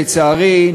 לצערי,